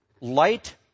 Light